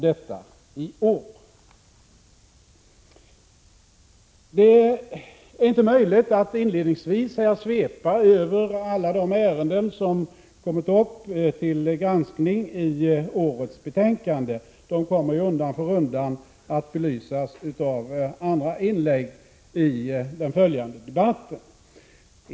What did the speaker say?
Det är inte möjligt att inledningsvis svepa över alla de ärenden som kommit upp till granskning och som behandlats i årets betänkande. Ärendena kommer undan för undan att belysas i andra inlägg i den följande debatten.